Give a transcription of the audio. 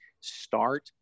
start